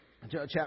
chapter